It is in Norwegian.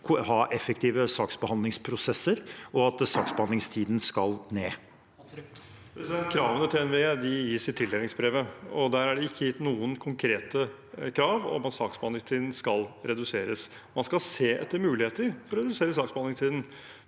ha effektive saksbehandlingsprosesser, og at saksbehandlingstiden skal ned. Nikolai Astrup (H) Kravene til NVE gis i tildelingsbrevet, og der er det ikke gitt noen konkrete krav om at saksbehandlingstiden skal reduseres. Man skal se etter muligheter for å redusere saksbehandlingstiden,